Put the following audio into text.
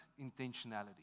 intentionality